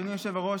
אדוני היושב-ראש,